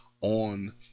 on